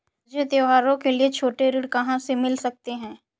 मुझे त्योहारों के लिए छोटे ऋण कहाँ से मिल सकते हैं?